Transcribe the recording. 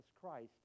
Christ